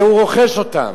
והוא רוכש אותן,